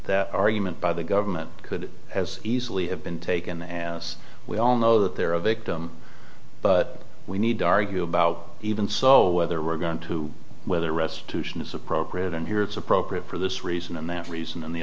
e argument by the government could as easily have been taken as we all know that they're a victim but we need to argue about even so whether we're going to whether restitution is appropriate and here it's appropriate for this reason and that reason and the